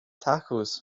tacos